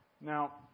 Now